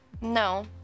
No